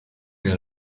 mir